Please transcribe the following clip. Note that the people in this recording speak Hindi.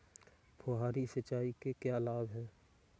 फुहारी सिंचाई के क्या लाभ हैं?